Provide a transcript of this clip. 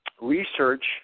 research